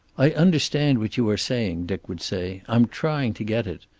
i understand what you are saying, dick would say. i'm trying to get it.